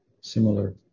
similar